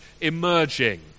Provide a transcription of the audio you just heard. emerging